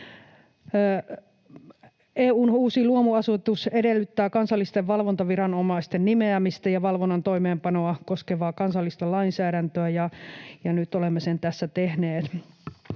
EU:n uusi luomuasetus edellyttää kansallisten valvontaviranomaisten nimeämistä ja valvonnan toimeenpanoa koskevaa kansallista lainsäädäntöä, ja nyt olemme sen tässä tehneet.